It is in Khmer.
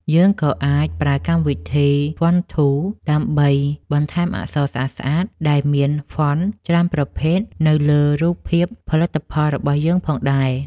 យើងក៏អាចប្រើកម្មវិធី ហ្វុនថូ ដើម្បីបន្ថែមអក្សរស្អាតៗដែលមាន ហ្វុន ច្រើនប្រភេទទៅលើរូបភាពផលិតផលរបស់យើងផងដែរ។